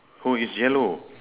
oh it's yellow